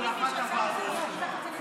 הוועדות,